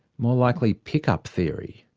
more likely pick-up theory.